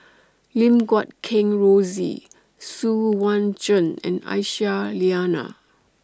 Lim Guat Kheng Rosie Xu Yuan Zhen and Aisyah Lyana